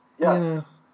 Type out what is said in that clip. Yes